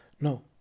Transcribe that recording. No